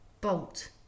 Bolt